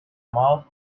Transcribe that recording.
mouth